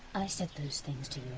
i said those things to